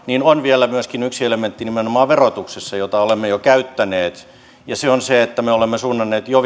että on vielä myöskin yksi elementti nimenomaan verotuksessa jota olemme jo käyttäneet ja se on se että me olemme suunnanneet jo